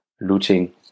looting